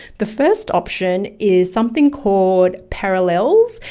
the first option is something called parallels.